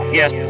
yes